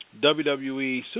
WWE